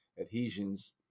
adhesions